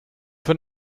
von